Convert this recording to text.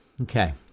okay